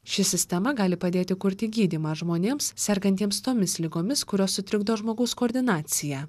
ši sistema gali padėti kurti gydymą žmonėms sergantiems tomis ligomis kurios sutrikdo žmogaus koordinaciją